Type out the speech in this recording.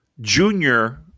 junior